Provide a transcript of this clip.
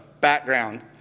Background